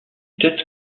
têtes